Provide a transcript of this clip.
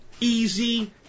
easy